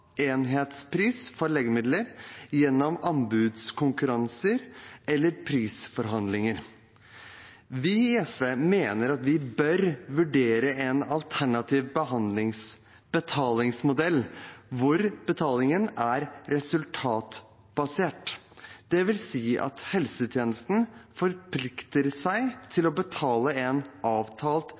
enhetspris for legemidler gjennom anbudskonkurranser eller prisforhandlinger. Vi i SV mener at vi bør vurdere en alternativ betalingsmodell der betalingen er resultatbasert. Det vil si at helsetjenesten forplikter seg til å betale en avtalt